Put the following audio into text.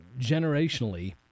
generationally